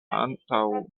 antaŭ